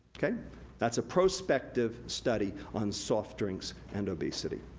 that's a prospective study on soft drinks and obesity.